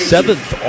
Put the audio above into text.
Seventh